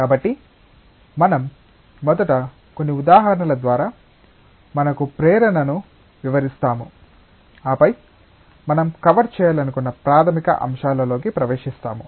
కాబట్టి మనం మొదట కొన్ని ఉదాహరణల ద్వారా మనకు ప్రేరణను వివరిస్తాము ఆపై మనం కవర్ చేయాలనుకున్న ప్రాథమిక అంశాలలోకి ప్రవేశిస్తాము